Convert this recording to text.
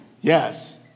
Yes